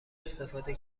استفاده